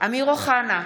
אמיר אוחנה,